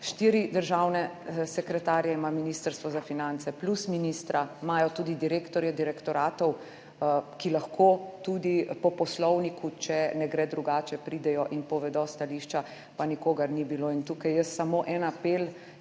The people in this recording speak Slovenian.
Štiri državne sekretarje ima Ministrstvo za finance plus ministra, imajo tudi direktorje direktoratov, ki lahko po Poslovniku tudi, če ne gre drugače, pridejo in povedo stališča, pa nikogar ni bilo. in tukaj samo en apel,